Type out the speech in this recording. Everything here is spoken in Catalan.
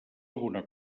alguna